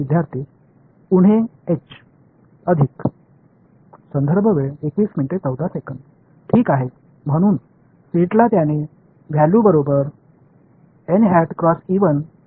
विद्यार्थीः उणे एच अधिक ठीक आहे म्हणून सेटला त्याचे व्हॅल्यू बरोबर पाठिंबा देते